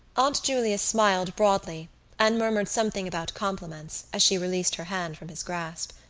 aunt julia smiled broadly and murmured something about compliments as she released her hand from his grasp.